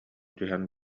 түһэн